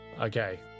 Okay